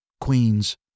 Queens